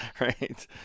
right